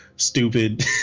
Stupid